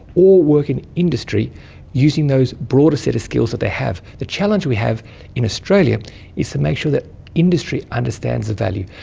or work in industry using that broader set of skills that they have. the challenge we have in australia is to make sure that industry understands the value.